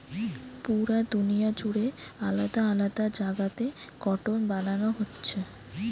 পুরা দুনিয়া জুড়ে আলাদা আলাদা জাগাতে কটন বানানা হচ্ছে